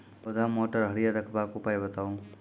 पौधा मोट आर हरियर रखबाक उपाय बताऊ?